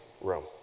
room